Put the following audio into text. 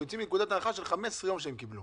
אנחנו יוצאים מנקודת הנחה שהם קיבלו רק 15 ימים.